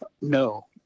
No